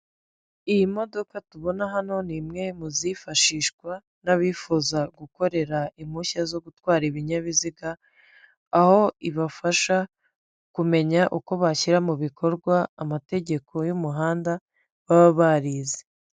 Iyi modoka tubona hano ni imwe muzifashishwa n'abifuza gukorera impushya zo gutwara ibinyabiziga, aho ibafasha kumenya uko bashyira mu bikorwa amategeko y'umuhanda baba barize.